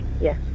Yes